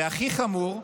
והכי חמור,